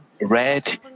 red